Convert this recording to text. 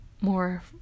more